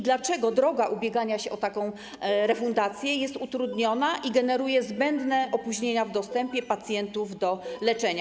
Dlaczego droga ubiegania się o taką refundację jest utrudniona i generuje zbędne opóźnienia w dostępie pacjentów do leczenia?